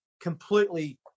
completely